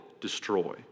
destroy